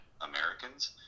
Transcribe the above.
Americans